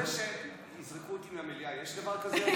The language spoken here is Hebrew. אני רוצה שיזרקו אותי מהמליאה, יש דבר כזה?